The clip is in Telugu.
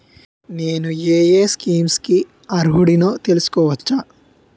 నేను యే యే స్కీమ్స్ కి అర్హుడినో తెలుసుకోవచ్చా?